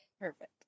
perfect